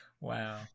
Wow